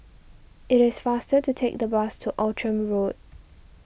it is faster to take the bus to Outram Road